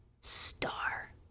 star